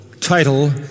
title